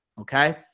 Okay